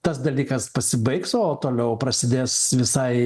tas dalykas pasibaigs o toliau prasidės visai